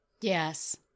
Yes